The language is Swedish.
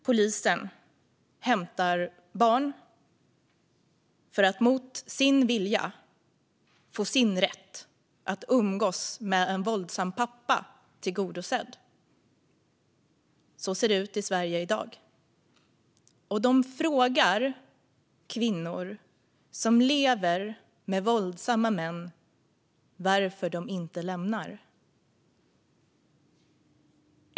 Polisen hämtar barn mot deras vilja för att tillgodose en våldsam pappas rätt att umgås med sina barn. Så ser det ut i Sverige i dag. Och man frågar kvinnor som lever med våldsamma män varför de inte lämnar relationen.